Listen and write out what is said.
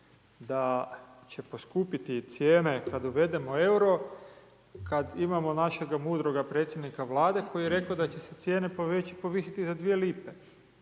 da će poskupiti cijene kad uvedemo euro kad imamo našega mudroga predsjednika Vlade koji je rekao da će se cijene povisit za 2 lipe?